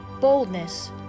boldness